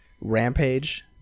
Rampage